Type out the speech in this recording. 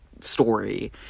story